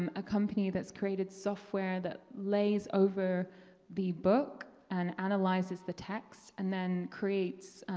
um a company that's created software that lays over the book and analyzes the texts and then creates,